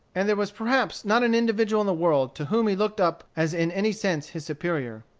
and there was perhaps not an individual in the world to whom he looked up as in any sense his superior.